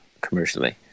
commercially